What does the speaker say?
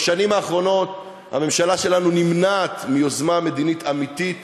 בשנים האחרונות הממשלה שלנו נמנעת מיוזמה מדינית אמיתית